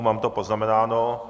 Mám to poznamenáno.